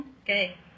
Okay